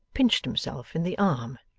pinched himself in the arm.